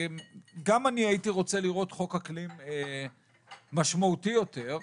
גם אני הייתי רוצה לראות חוק אקלים משמעותי יותר,